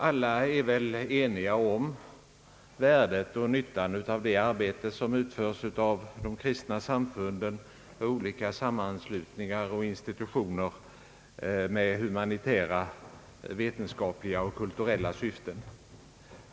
Alla är väl ense om värdet och nyttan av det arbete som utförs av de kristna samfunden och av olika sammanslutningar och institutioner med humanitära, vetenskapliga och kulturella syften.